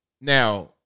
Now